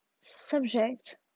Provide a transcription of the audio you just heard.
subject